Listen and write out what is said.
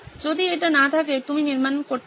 যদি এটি না থাকে তুমি নির্মাণ করতে পারো